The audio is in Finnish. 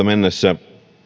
mennessä